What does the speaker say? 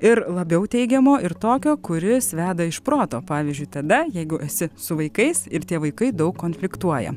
ir labiau teigiamo ir tokio kuris veda iš proto pavyzdžiui tada jeigu esi su vaikais ir tie vaikai daug konfliktuoja